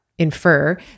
infer